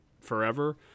forever